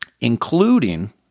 including